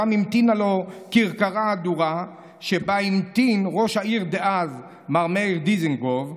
שם המתינה לו כרכרה הדורה שבה המתין ראש העיר דאז מר מאיר דיזנגוף,